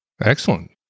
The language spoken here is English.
Excellent